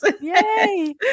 Yay